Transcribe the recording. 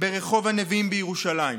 ברחוב הנביאים בירושלים.